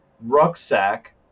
Rucksack